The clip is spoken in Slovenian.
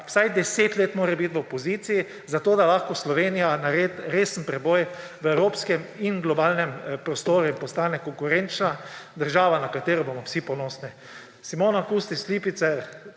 vsaj deset let v opoziciji, zato da lahko Slovenija naredi resen preboj v evropskem in globalnem prostoru ter postane konkurenčna država, na katero bomo vsi ponosni. Simona Kustec Lipicer,